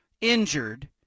injured